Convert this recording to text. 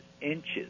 inches